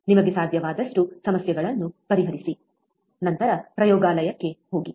ನಿಮಗೆ ಸಾಧ್ಯವಾದಷ್ಟು ಸಮಸ್ಯೆಗಳನ್ನು ಪರಿಹರಿಸಿ ನಂತರ ಪ್ರಯೋಗಾಲಯಕ್ಕೆ ಹೋಗಿ